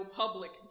public